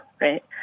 right